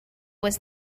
was